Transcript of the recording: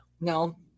No